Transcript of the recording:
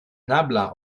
nabla